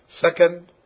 Second